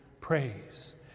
praise